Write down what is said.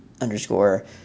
underscore